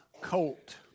colt